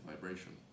vibration